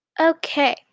Okay